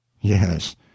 Yes